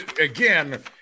again